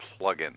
plugin